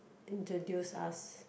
introduce us